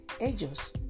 Ellos